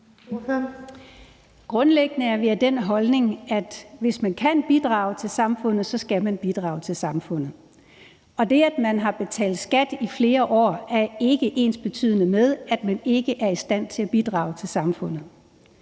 Grundlæggende er vi af den holdning, at hvis man kan bidrage til samfundet, skal man bidrage til samfundet. Det, at man har betalt skat i flere år, er ikke ensbetydende med, at man ikke er i stand til at bidrage til samfundet.